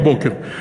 בבוקר,